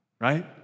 Right